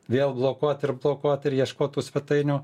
vėl blokuot ir blokuot ir ieškot tų svetainių